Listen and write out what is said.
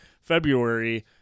February